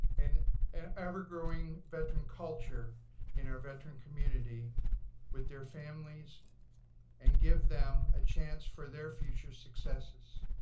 an ever-growing veteran culture in our veteran community with their families and give them a chance for their future successes.